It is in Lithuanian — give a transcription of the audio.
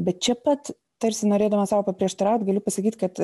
bet čia pat tarsi norėdama sau paprieštaraut galiu pasakyt kad